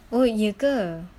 oh ye ke